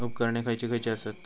उपकरणे खैयची खैयची आसत?